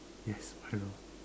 yes Milo